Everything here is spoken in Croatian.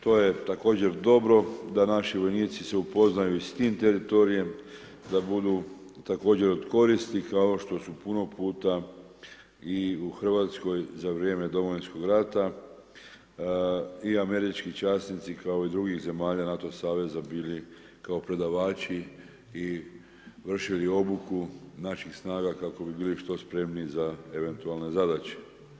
To je također dobro da naši vojnici se upoznaju i sa tim teritorijem da budu također od koristi kao što su puno puta i u Hrvatskoj za vrijeme Domovinskog rata i američki časnici kao i drugih zemalja NATO saveza bili kao predavači i vršili obuku naših snaga kako bi bilo što spremniji za eventualne zadaće.